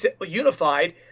unified